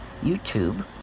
YouTube